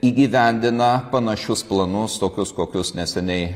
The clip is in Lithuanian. įgyvendina panašius planus tokius kokius neseniai